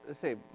say